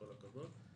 כל הכבוד.